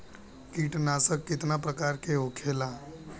कीटनाशक कितना प्रकार के होखेला?